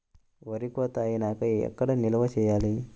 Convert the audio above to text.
వరి కోత అయినాక ఎక్కడ నిల్వ చేయాలి?